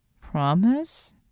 Promise